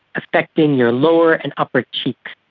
affecting your lower and upper cheeks.